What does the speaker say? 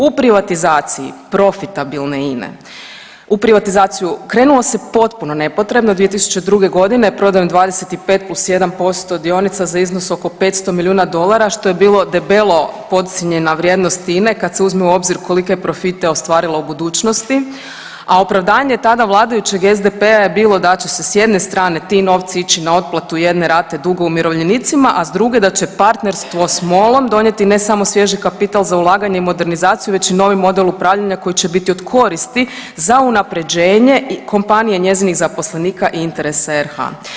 U privatizaciji profitabilne INE, u privatizaciju krenulo se potpuno nepotrebno 2002. godine prodajom 25 plus 1% dionica za iznos oko 500 milijuna dolara što je bilo debelo podcijenjena vrijednost INE kad se uzme u obzir kolike je profite ostvarila u budućnosti, a opravdanje tada vladajuće SDP-a je bilo da će se s jedne strane te novci ići na otplatu jedne rate duga umirovljenicima, a s druge da će partnerstvo s MOL-om donijeti ne samo svježi kapital za ulaganje i modernizaciju već i novi model upravljanja koji će biti od koristi za unapređenje kompanije i njezinih zaposlenika i interese RH.